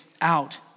out